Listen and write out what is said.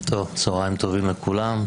צוהריים טובים לכולם.